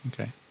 Okay